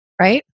right